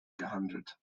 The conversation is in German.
gehandelt